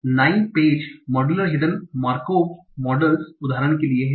तो naive Bayes modular hidden Markov models उदाहरण के लिए हैं